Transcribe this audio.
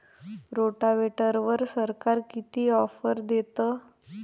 रोटावेटरवर सरकार किती ऑफर देतं?